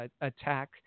attack